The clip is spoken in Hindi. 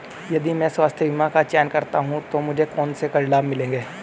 यदि मैं स्वास्थ्य बीमा का चयन करता हूँ तो मुझे कौन से कर लाभ मिलेंगे?